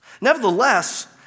Nevertheless